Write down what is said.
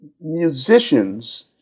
musicians